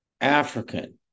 African